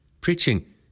preaching